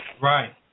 Right